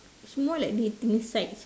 it's more like dating sites